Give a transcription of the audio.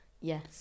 Yes